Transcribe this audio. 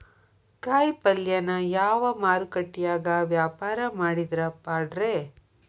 ಕಾಯಿಪಲ್ಯನ ಯಾವ ಮಾರುಕಟ್ಯಾಗ ವ್ಯಾಪಾರ ಮಾಡಿದ್ರ ಪಾಡ್ರೇ?